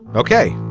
ok.